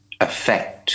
effect